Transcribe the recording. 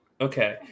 Okay